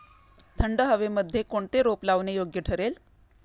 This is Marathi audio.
थंड हवेमध्ये कोणते रोप लावणे योग्य ठरेल?